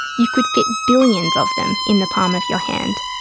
you could fit billions of them in the palm of your hand.